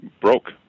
broke